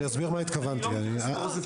אני לא מתייחס למה שאמר מר רוזנפלד,